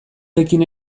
pekin